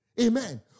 Amen